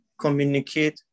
communicate